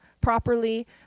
properly